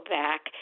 back